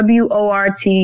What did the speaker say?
wort